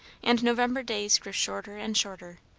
and november days grew shorter and shorter,